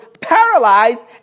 paralyzed